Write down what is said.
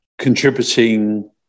contributing